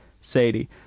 Sadie